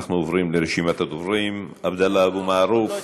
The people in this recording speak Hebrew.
אנחנו עוברים לרשימת הדוברים: עבדאללה אבו מערוף,